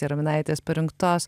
jaraminaitės parinktos